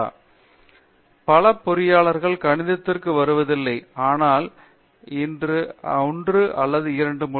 பேராசிரியர் அரிந்தமா சிங் பல பொறியாளர்கள் கணிதத்திற்கு வருவதில்லை ஆனால் ஒன்று அல்லது இரண்டு உள்ளன